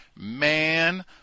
man